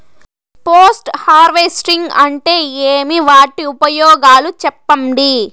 Post harvesting అంటే ఏమి? వాటి ఉపయోగాలు చెప్పండి?